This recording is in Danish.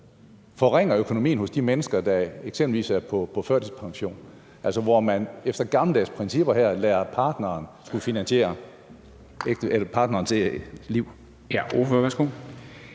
forringer økonomien hos de mennesker, der f.eks. er på førtidspension – altså, hvor man efter gammeldags principper her lader partneren finansiere? Kl.